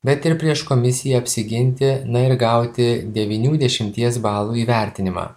bet ir prieš komisiją apsiginti na ir gauti devynių dešimties balų įvertinimą